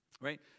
Right